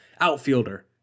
outfielder